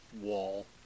wall